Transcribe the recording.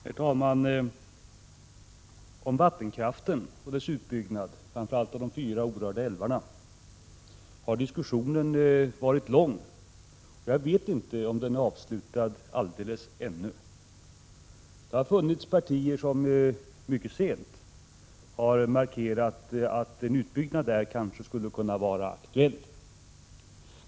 Herr talman! Om vattenkraften och dess utbyggnad — framför allt då de fyra orörda älvarna — har diskussionen varit lång. Jag vet inte om den är avslutad ännu. Det har funnits partier som mycket sent har markerat att en utbyggnad kanske skulle vara aktuell.